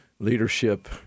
leadership